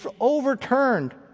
overturned